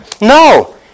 No